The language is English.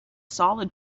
solid